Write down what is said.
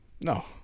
no